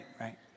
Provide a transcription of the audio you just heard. right